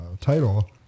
title